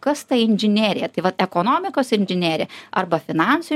kas ta inžinerija tai vat ekonomikos inžinerija arba finansų